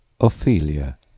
Ophelia